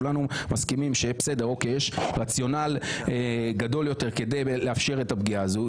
כולנו מסכימים שיש רציונל גדול יותר כדי לאפשר את הפגיעה הזאת.